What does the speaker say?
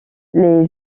les